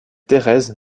thérèse